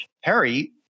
Harry